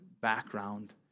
background